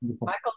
Michael